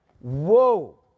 Whoa